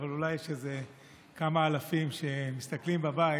אבל אולי יש כמה אלפים שמסתכלים בבית,